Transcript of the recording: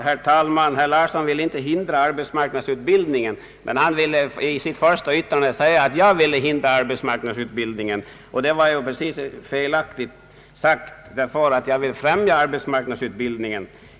Herr talman! Herr Larsson säger att han inte vill hindra arbetsmarknadsut bildningen, men han påstod i sitt första anförande att jag vill hindra denna utbildning. Det är helt felaktigt. Jag vill nämligen främja arbetsmarknadsutbildningen.